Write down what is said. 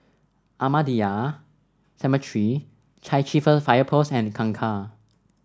Ahmadiyya Cemetery Chai Chee Fire Post and Kangkar